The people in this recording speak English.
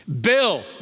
Bill